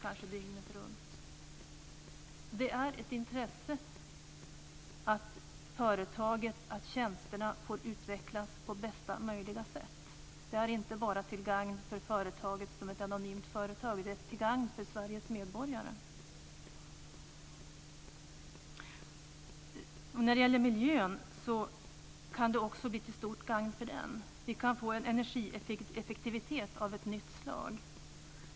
Det finns ett intresse för att tjänsterna får utvecklas på bästa möjliga sätt. Det är inte bara till gagn för företaget som ett anonymt företag, utan det är till gagn för Sveriges medborgare. Detta kan också bli till stort gagn för miljön. Vi kan få en energieffektivitet av ett nytt slag.